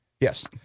Yes